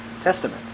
Testament